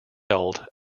held